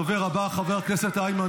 הדובר הבא, חבר הכנסת איימן